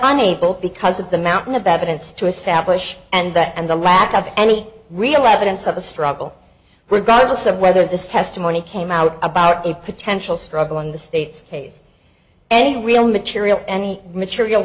unable because of the mountain of evidence to establish and that and the lack of any real evidence of a struggle regardless of whether this testimony came out about a potential struggle in the state's case and real material and material